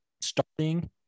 starting